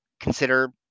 consider